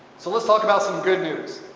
so let's talk about some good news.